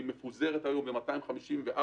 היא מפוזרת היום ב-254 רשויות.